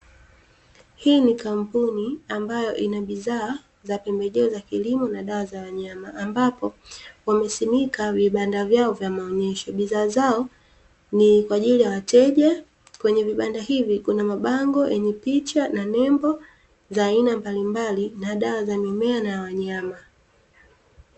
Hii ni kampuni ambayo ina bidhaa za pembejeo na kilimo na dawa za wanyama, ambapo wamesimika vibanda vyao vya maonyesho. Bidhaa zao ni kwa ajili ya wateja; kwenye vibanda hivi kuna mabango yenye picha na nembo za aina mbalimbali, na dawa za mimea na wanyama.